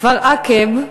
כפר-עקב,